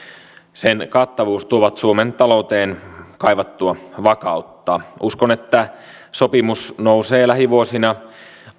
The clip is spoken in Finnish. sen kattavuus tuovat suomen talouteen kaivattua vakautta uskon että sopimus nousee lähivuosina